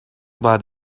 باید